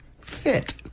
fit